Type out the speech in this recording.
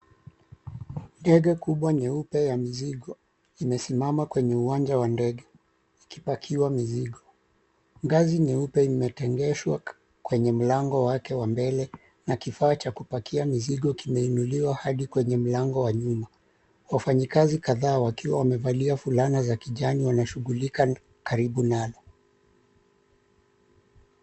Ndege kubwa nyeupe ya mizigo imesimama kwenye uwanja wa ndege ikipakiwa mizigo. Ngazi nyeupe imetengeshwa kwenye mlango wake wa mbele na kifaa cha kupakia mizigo kimeinuliwa hadi kwenye mlango wa nyuma. Wafanyikazi kadhaa wakiwa wamevalia fulana za kijani wanashughulika karibu nalo.